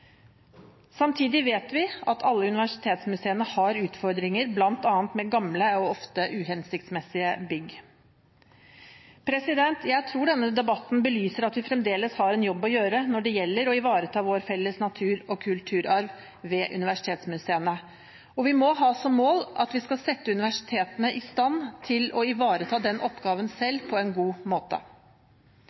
Samtidig vet vi at alle universitetsmuseene har utfordringer bl.a. med gamle og ofte uhensiktsmessige bygg. Jeg tror denne debatten belyser at vi fremdeles har en jobb å gjøre når det gjelder å ivareta vår felles natur- og kulturarv ved universitetsmuseene. Vi må ha som mål at vi skal sette universitetene selv i stand til å ivareta denne oppgaven på en god måte.